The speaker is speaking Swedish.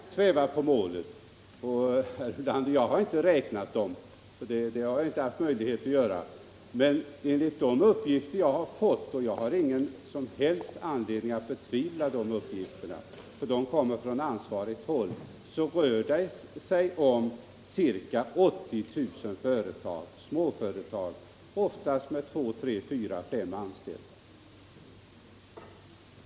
Herr talman! Jag har inte svävat på målet. Jag har inte räknat företagen — det har jag inte haft möjlighet att göra. Men enligt de uppgifter jag har fått, och jag har ingen som helst anledning att betvivla de uppgifterna för de kommer från ansvarigt håll, rör det sig om ca 80 000 småföretag, oftast med 2, 3, 4 eller 5 anställda.